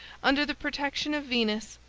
under the protection of venus,